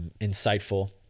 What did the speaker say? insightful